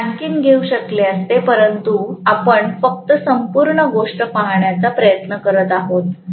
मी आणखी घेऊ शकले असते परंतु आपण फक्त संपूर्ण गोष्ट पाहण्याचा प्रयत्न करीत आहोत